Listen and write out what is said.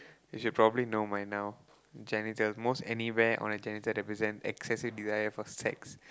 you should probably know by now genitals most anywhere on a genital represents excessive desire for sex